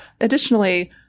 Additionally